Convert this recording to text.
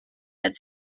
had